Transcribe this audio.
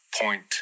point